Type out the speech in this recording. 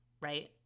right